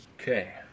okay